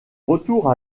retour